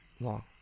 Long